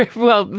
well,